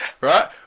right